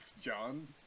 John